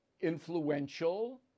influential